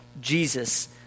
Jesus